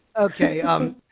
Okay